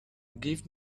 give